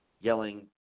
yelling